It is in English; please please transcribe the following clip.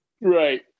Right